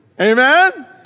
Amen